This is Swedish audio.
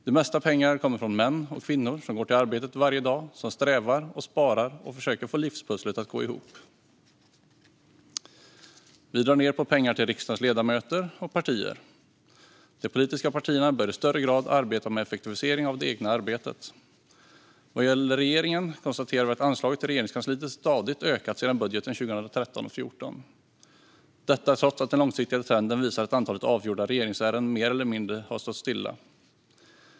Det mesta kommer från män och kvinnor som går till arbetet varje dag och som strävar, sparar och försöker få livspusslet att gå ihop. Vi drar ned på pengar till riksdagens ledamöter och partier. De politiska partierna bör i högre grad arbeta med effektivisering av det egna arbetet. Vad gäller regeringen konstaterar vi att anslaget till Regeringskansliet stadigt ökat sedan budgeten 2013/14, detta trots att den långsiktiga trenden visar att antalet avgjorda regeringsärenden mer eller mindre har stått stilla.